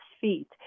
feet